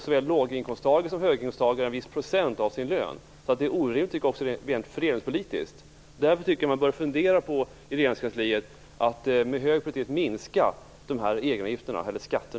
Såväl låginkomsttagare som höginkomsttagare betalar en viss procent av sin lön. Jag tycker att detta är orimligt rent fördelningspolitiskt. Därför tycker jag att man i Regeringskansliet med hög prioritet bör fundera på att minska dessa egenavgifter eller skatter.